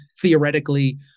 theoretically